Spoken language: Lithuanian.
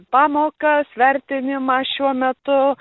pamokas vertinimą šiuo metu